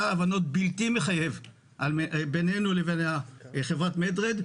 הבנות בלתי מחייב בינינו לבין חברת med red.